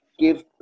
Give